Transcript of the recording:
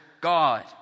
God